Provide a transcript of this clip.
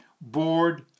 board